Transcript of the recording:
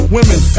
Women